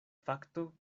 fakto